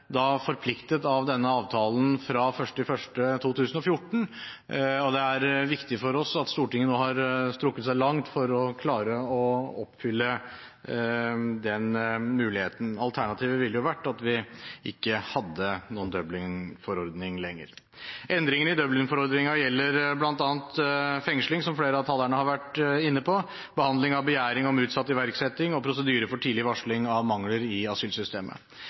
forpliktet av denne avtalen fra 1. januar 2014, og det er viktig for oss at Stortinget har strukket seg langt for å klare å oppfylle den muligheten. Alternativet ville vært at vi ikke hadde noen Dublin-forordning lenger. Endringene i Dublin-forordningen gjelder bl.a. fengsling, som flere av talerne har vært inne på, behandling av begjæring om utsatt iverksetting og prosedyre for tidlig varsling av mangler i asylsystemet.